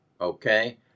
Okay